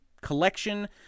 collection